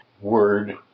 word